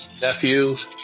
Nephews